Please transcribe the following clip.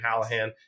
Hallahan